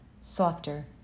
softer